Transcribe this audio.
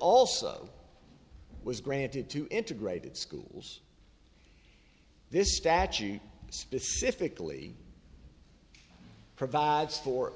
also was granted to integrated schools this statute specifically provides for